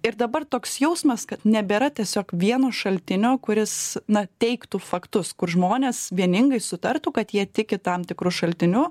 ir dabar toks jausmas kad nebėra tiesiog vieno šaltinio kuris na teiktų faktus kur žmonės vieningai sutartų kad jie tiki tam tikru šaltiniu